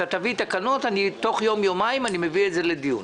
אם תביא תקנות, תוך יום-יומיים אביא את זה לדיון.